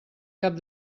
cap